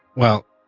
well,